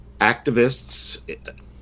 Activists